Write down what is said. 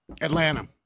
Atlanta